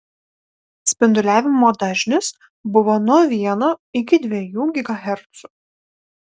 spinduliavimo dažnis buvo nuo vieno iki dviejų gigahercų